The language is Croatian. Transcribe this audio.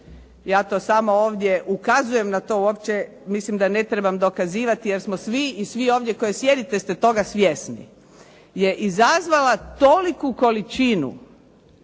ja to samo ovdje ukazujem na to, uopće mislim da ne trebam dokazivati jer smo svi i svi ovdje koji sjedite ste toga svjesni, je izazvala toliku količinu